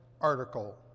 article